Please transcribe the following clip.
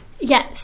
Yes